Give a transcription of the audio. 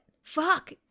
fuck